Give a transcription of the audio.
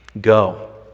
Go